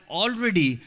already